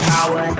Power